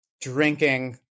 drinking